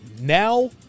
Now